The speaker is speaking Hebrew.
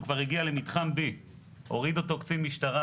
הוא כבר הגיע למתחם B. הוריד אותו קצין משטרה